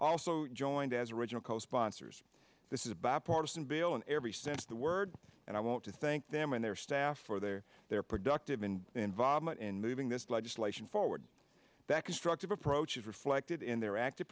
also joined as original co sponsors this is a bipartisan bill in every sense of the word and i want to thank them and their staff for their their productive and involvement in moving this legislation forward that constructive approach is reflected in their active